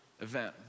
event